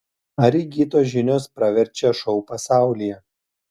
ar įgytos žinios praverčia šou pasaulyje